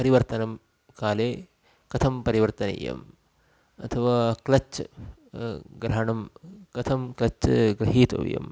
परिवर्तनकाले कथं परिवर्तनीयम् अथवा क्लच् ग्रहणं कथं क्लच्च ग्रहीतव्यम्